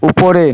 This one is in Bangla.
উপরে